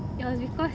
it was because